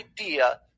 idea